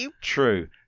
true